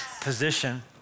position